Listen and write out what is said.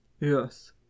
Yes